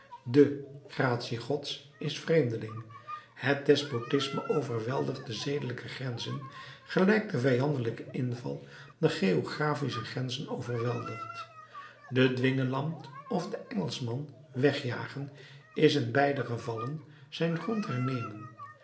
de gratie gods is vreemdeling het despotisme overweldigt de zedelijke grenzen gelijk de vijandelijke inval de geographische grenzen overweldigt den dwingeland of den engelschman wegjagen is in beide gevallen zijn grond hernemen